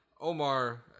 Omar